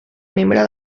membre